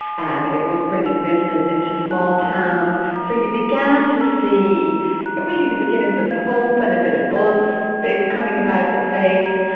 and it was bringing business into small towns, so you began to see really the beginnings of hope and a bit of buzz, faith coming about the place,